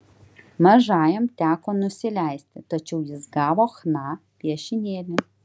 mažajam teko nusileisti tačiau jis gavo chna piešinėlį